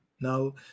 Now